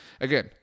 Again